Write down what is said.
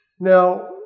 Now